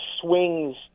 swings